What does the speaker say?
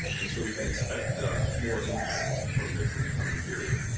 and so we can expect more impact from this in the coming period.